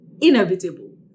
inevitable